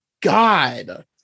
God